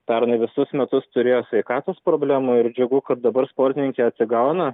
pernai visus metus turėjo sveikatos problemų ir džiugu kad dabar sportininkė atsigauna